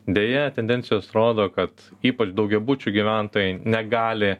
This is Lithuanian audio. deja tendencijos rodo kad ypač daugiabučių gyventojai negali